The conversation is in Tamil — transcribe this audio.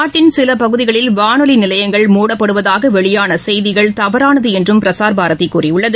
நாட்டின் சிலபகுதிகளில் வானொலிநிலையங்கள் மூடப்படுவதாகவெளியானசெய்திகள் தவறானதுஎன்றும் பிரசார் பாரதிகூறியுள்ளது